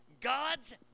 God's